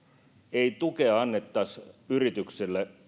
ei tukea annettaisi yritykselle